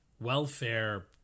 welfare